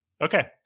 Okay